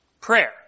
prayer